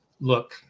look